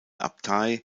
abtei